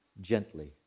gently